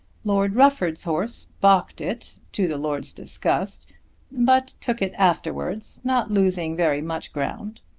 lord rufford's horse balked it, to the lord's disgust but took it afterwards, not losing very much ground.